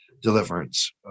deliverance